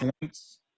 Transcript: points